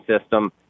system